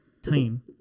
Time